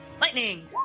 lightning